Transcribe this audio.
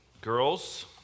Girls